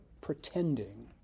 pretending